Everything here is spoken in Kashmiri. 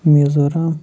میٖزورَم